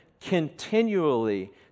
continually